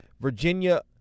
Virginia